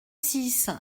six